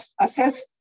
assess